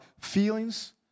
feelings